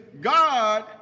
God